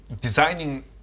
designing